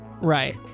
right